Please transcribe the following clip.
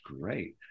great